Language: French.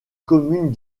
commune